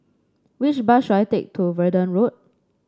which bus should I take to Verdun Road